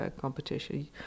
competition